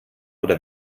oder